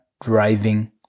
driving